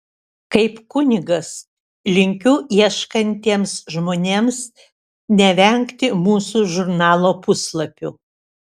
kaip kunigas linkiu ieškantiems žmonėms nevengti mūsų žurnalo puslapių